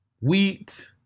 wheat